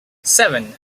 seven